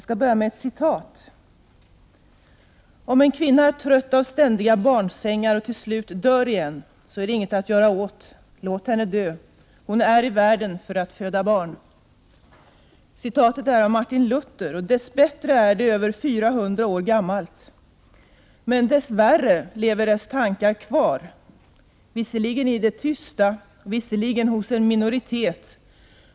Herr talman! ”Om en kvinna är trött av ständiga barnsängar och till slut dör i en, så är det inget att göra åt. Låt henne dö. Hon är i världen för att föda barn.” Citatet är av Martin Luther. Dess bättre är detta citat över 400 år gammalt. Dess värre lever dessa tankar kvar, visserligen i det tysta och visserligen hos en minoritet.